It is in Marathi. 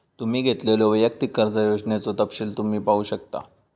तुम्ही घेतलेल्यो वैयक्तिक कर्जा योजनेचो तपशील तुम्ही पाहू शकता